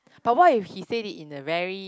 but what if he said it in a very